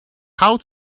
how